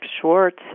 Schwartz